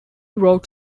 wrote